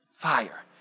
fire